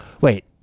wait